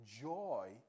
joy